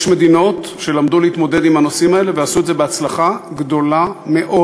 יש מדינות שלמדו להתמודד עם הנושאים האלה ועשו את זה בהצלחה גדולה מאוד.